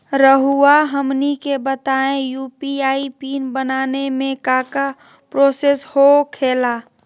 रहुआ हमनी के बताएं यू.पी.आई पिन बनाने में काका प्रोसेस हो खेला?